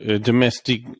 domestic